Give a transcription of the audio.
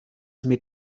mit